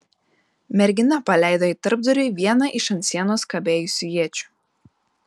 mergina paleido į tarpdurį vieną iš ant sienos kabėjusių iečių